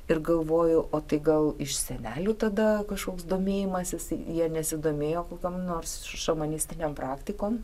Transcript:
ir galvoju o tai gal iš senelių tada kažkoks domėjimasis jie nesidomėjo kokiom nors šamanistinėm praktikom